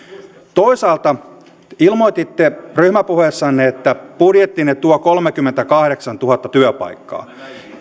toisaalta ilmoititte ryhmäpuheessanne että budjettinne tuo kolmekymmentäkahdeksantuhatta työpaikkaa